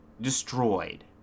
Destroyed